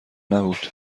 نبود